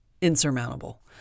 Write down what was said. insurmountable